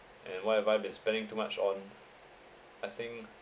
and what have I been spending too much on I think